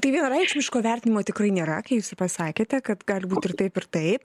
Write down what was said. tai vienareikšmiško vertinimo tikrai nėra kai jūs ir pasakėte kad gali būti ir taip ir taip